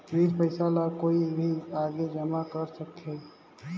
ऋण पईसा ला कोई भी आके जमा कर सकथे?